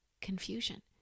confusion